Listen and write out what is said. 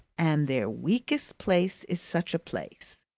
and their weakest place is such a place.